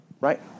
right